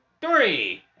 three